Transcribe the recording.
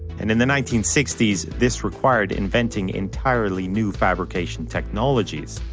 and in the nineteen sixty s this required inventing entirely new fabrication technologies.